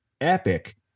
epic